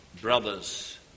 brothers